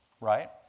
right